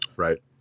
Right